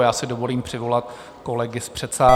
Já si dovolím přivolat kolegy z předsálí.